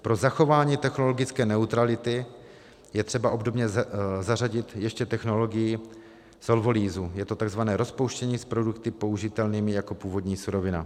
Pro zachování technologické neutrality je třeba obdobně zařadit ještě technologii solvolýzu, je to takzvané rozpouštění s produkty použitelnými jako původní surovina.